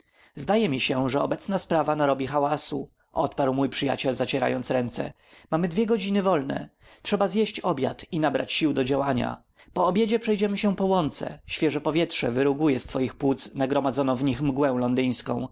zdaje się że obecna sprawa narobi hałasu odparł mój przyjaciel zacierając ręce mamy dwie godziny wolne trzeba zjeść obiad i nabrać sił do działania po obiedzie przejdziemy się po łące świeże powietrze wyruguje z twoich płuc nagromadzoną w nich mgłę londyńską